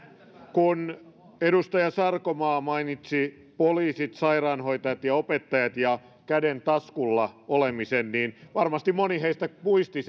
kun edustaja sarkomaa mainitsi poliisit sairaanhoitajat opettajat ja käden olemisen taskulla niin varmasti moni heistä muisti